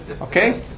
Okay